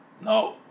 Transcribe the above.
No